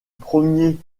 premier